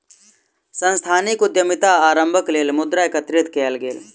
सांस्थानिक उद्यमिता आरम्भक लेल मुद्रा एकत्रित कएल गेल